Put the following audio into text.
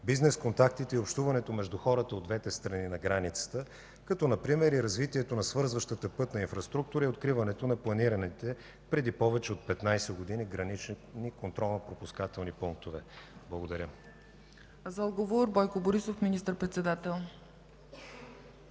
бизнес контактите и общуването между хората от двете страни на границата, като например и развитието на свързващата пътна инфраструктура и откриването на планираните преди повече от 15 години гранични контролно-пропускателни пунктове? Благодаря. ПРЕДСЕДАТЕЛ ЦЕЦКА ЦАЧЕВА: За отговор, Бойко Борисов – министър-председател.